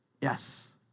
yes